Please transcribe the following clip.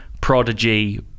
prodigy